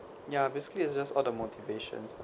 ya basically it's just all the motivations lah